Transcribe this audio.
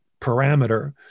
parameter